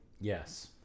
Yes